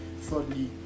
thirdly